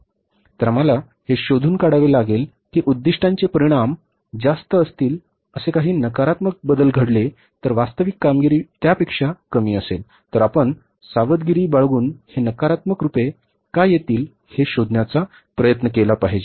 तर आम्हाला हे शोधून काढावे लागेल की उद्दीष्टांचे परिणाम जास्त असतील असे काही नकारात्मक बदल घडले तर वास्तविक कामगिरी त्यापेक्षा कमी असेल तर आपण सावधगिरी बाळगून हे नकारात्मक रूपे का येतील हे शोधण्याचा प्रयत्न केला पाहिजे